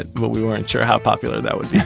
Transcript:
and but we weren't sure how popular that would